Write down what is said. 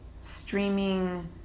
streaming